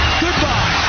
goodbye